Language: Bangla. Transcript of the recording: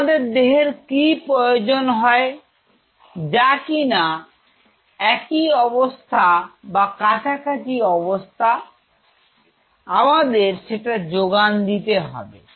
আমাদের দেহের কি প্রয়োজন হয় যা কিনা একই অবস্থা বা কাছাকাছি অবস্থা আমাদের সেটা যোগান দিতে হবে